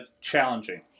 challenging